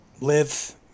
live